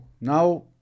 now